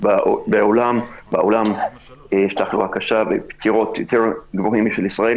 בעולם יש תחלואה קשה ופטירה יותר גבוהים משל ישראל